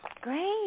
Great